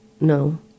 No